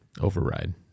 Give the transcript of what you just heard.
Override